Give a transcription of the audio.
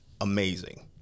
amazing